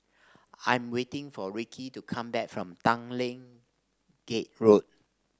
I'm waiting for Rickey to come back from Tanglin Gate Road